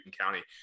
County